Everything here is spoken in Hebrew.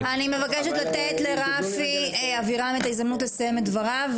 אני מבקשת לתת לרפי אבירם את ההזדמנות לסיים את דבריו.